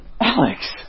Alex